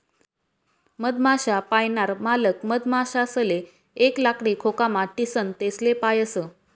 मधमाश्या पायनार मालक मधमाशासले एक लाकडी खोकामा ठीसन तेसले पायस